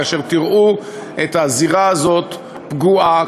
כאשר תראו את הזירה הזאת פגועה,